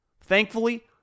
Thankfully